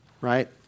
Right